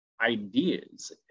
ideas